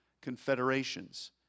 confederations